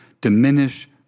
diminish